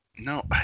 No